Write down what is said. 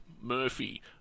Murphy